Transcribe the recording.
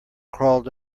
crawled